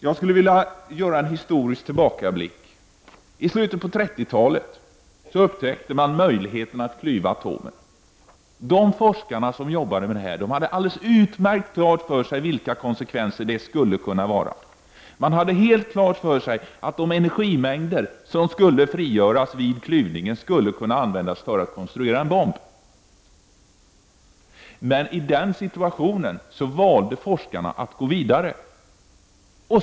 Jag vill göra en historisk tillbakablick. I slutet av 30-talet upptäckte man möjligheten att klyva atomer. De forskare som arbetade med detta hade helt klart sig vilka konsekvenser det innebar. Det stod fullständigt klart att de energimängder som skulle frigöras vid klyvningen skulle kunna användas för att konstruera en bomb. Men i den situationen valde forskarna att gå vidare.